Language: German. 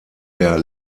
der